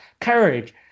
courage